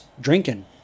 drinking